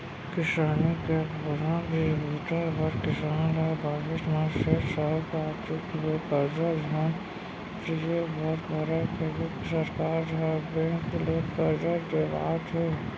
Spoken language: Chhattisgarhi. किसानी के कोनो भी बूता बर किसान ल बाहिर म सेठ, साहूकार तीर ले करजा झन लिये बर परय कइके सरकार ह बेंक ले करजा देवात हे